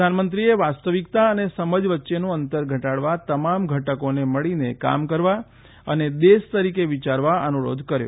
પ્રધાનમંત્રીએ વાસ્તવિકતા અને સમજ વચ્ચેનું અંતર ઘટાડવા તમામ ઘટકોને મળીને કામ કરવા અને દેશ તરીકે વિચારવા અનુરોધ કર્યો